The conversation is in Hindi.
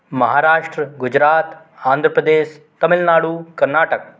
महाराष्ट्र गुजरात आन्ध्र प्रदेश तमिल नाडु कर्नाटक